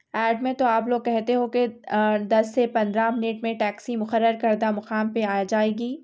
add میں تو آپ لوگ کہتے ہو کہ دس سے پندرہ منٹ میں ٹیکسی مقرر کردہ مقام پہ آ جائےگی